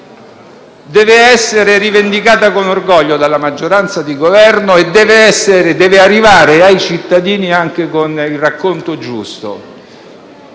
deve essere rivendicata con orgoglio dalla maggioranza di Governo e deve arrivare ai cittadini anche con il racconto giusto.